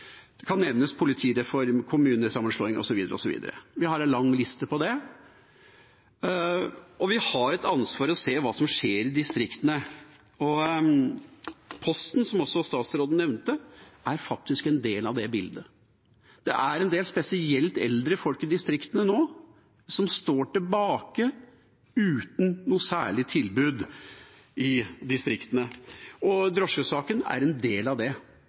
Det kan nevnes politireform, kommunesammenslåing osv. Vi har en lang liste. Vi har et ansvar for å se hva som skjer i distriktene. Posten, som også statsråden nevnte, er faktisk en del av det bildet. Det er en del, spesielt eldre folk i distriktene nå, som står igjen uten noe særlig tilbud. Drosjesaken er en del av det